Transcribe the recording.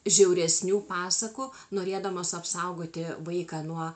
žiauresnių pasakų norėdamos apsaugoti vaiką nuo